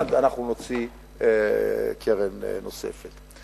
מייד אנחנו נוציא קרן נוספת.